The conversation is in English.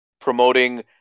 promoting